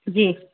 جی